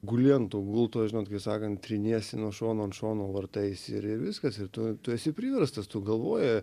guli ant to gulto žinot kai sakant triniesi nuo šono ant šono vartais ir viskas ir tu tu esi priverstas tu galvoji